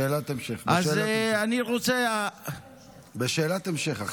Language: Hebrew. שאלת המשך, בשאלת המשך אחרי זה.